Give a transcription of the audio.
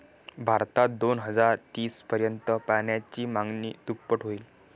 भारतात दोन हजार तीस पर्यंत पाण्याची मागणी दुप्पट होईल